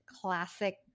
classic